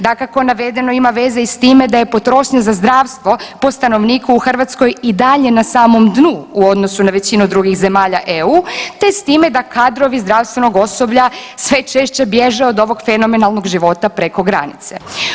Dakako, navedeno ima veze i s time da je potrošnja za zdravstvo po stanovniku u Hrvatskoj i dalje na samom dnu u odnosu na većinu drugih zemalja EU, te s time da kadrovi zdravstvenog osoblja sve češće bježe od ovog fenomenalnog života preko granice.